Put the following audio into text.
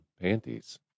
panties